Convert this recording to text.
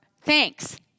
thanks